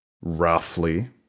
Roughly